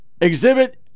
exhibit